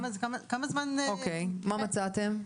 מה מצאתם?